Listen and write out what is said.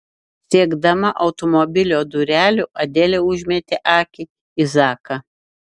siekdama automobilio durelių adelė užmetė akį į zaką